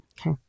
Okay